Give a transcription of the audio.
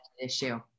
issue